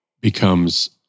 becomes